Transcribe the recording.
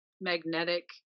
magnetic